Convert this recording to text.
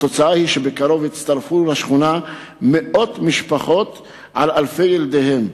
התוצאה היא שבקרוב יצטרפו לשכונה מאות משפחות על אלפי ילדיהן.